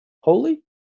holy